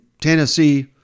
Tennessee